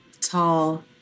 tall